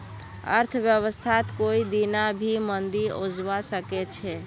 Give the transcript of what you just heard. अर्थव्यवस्थात कोई दीना भी मंदी ओसवा सके छे